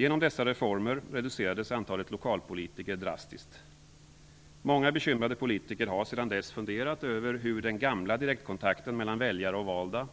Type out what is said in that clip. Genom dessa reformer reducerades antalet lokalpolitiker drastiskt. Många bekymrade politiker har sedan dess funderat över hur den gamla direktkontakten mellan väljare och valda,